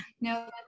No